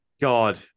God